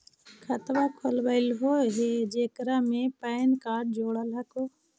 खातवा खोलवैलहो हे जेकरा मे पैन कार्ड जोड़ल हको?